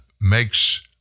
makes